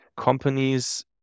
companies